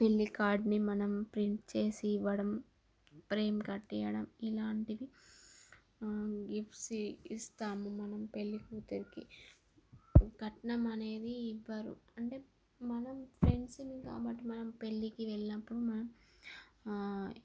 పెళ్లి కార్డ్ని మనం ప్రింట్ చేసి ఇవ్వడం ప్రేమ్ కట్టివ్వడం ఇలాంటివి గిఫ్ట్స్ ఇస్తాము మనం పెళ్ళి కూతురికి కట్నం అనేది ఇవ్వరు అంటే మనం ఫ్రెండ్స్ కాబట్టి మనం పెళ్లికి వెళ్ళినప్పుడు మనం